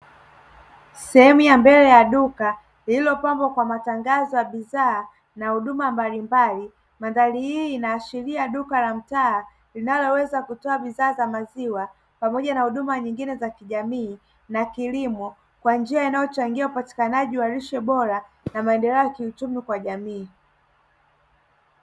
Sehemu ya mbele ya duka lililopambwa kwa matangazo ya bidhaa na huduma mbalimbali. Mandhari hii inaashiria duka la mtaa linaloweza kutoa bidhaa za maziwa pamoja na huduma nyingine za kijamii na kilimo, kwa njia inayochangia upatikanaji wa lishe bora maendeleo ya kiuchumi kwa jamii.